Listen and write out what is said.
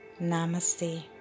Namaste